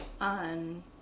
on